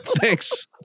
Thanks